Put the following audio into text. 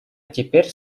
теперь